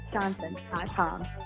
johnson.com